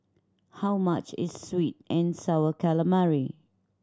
how much is sweet and Sour Calamari